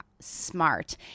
smart